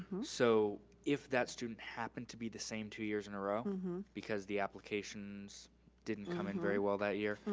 so if that student happened to be the same two years in a row because the applications didn't come in very well that year,